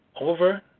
over